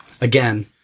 Again